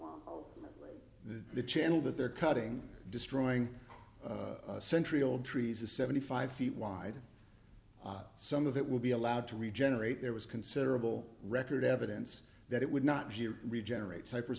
that the channel that they're cutting destroying a century old trees a seventy five feet wide some of that will be allowed to regenerate there was considerable record evidence that it would not regenerate cypress